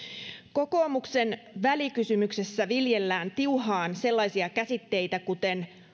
kokoomuksen välikysymyksessä viljellään tiuhaan sellaisia käsitteitä kuten